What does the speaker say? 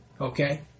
okay